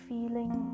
Feeling